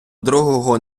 другого